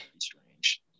strange